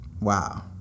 Wow